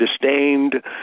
disdained